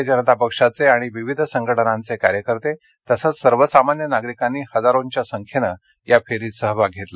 भारतीय जनता पक्षाचे आणि विविध संघटनांचे कार्यकर्ते तसच सर्वसामान्य नागरिकांनी हजारोंच्या संख्येनं या फेरीत सहभाग घेतला